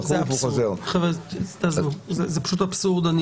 עזבו, זה אבסורד.